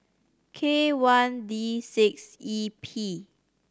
K one D six E P